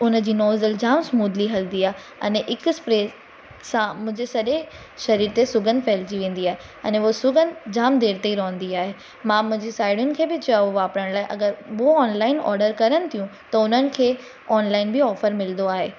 उनजी नोझल जामु स्मूदली हलंदी आहे अने हिक स्प्रे सां मुंहिंजे सॼे शरीर ते सुॻंध फहिलिजी वेंदी आहे अने अहो सुॻंध जामु देर ताईं रहंदी आहे मां मुंहिंजी साहिड़ियुनि खे बि चयो वापरणु लाइ अगरि उहो ऑनलाइन ऑडर करनि थियूं त उन्हनि खे ऑनलाइन बि ऑफर मिलंदो आहे